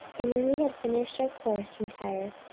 and when we had finished our course from tyre,